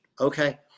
Okay